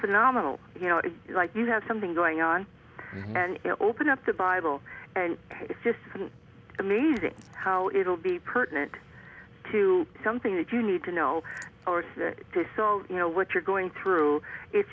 phenomenal you know it's like you have something going on and open up the bible and it's just amazing how it'll be pertinent to something that you need to know so you know what you're going through it